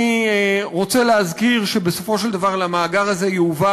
אני רוצה להזכיר שבסופו של דבר למאגר הזה יועבר